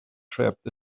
trapped